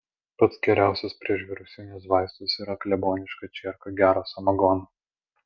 pats geriausias priešvirusinis vaistas yra kleboniška čierka gero samagono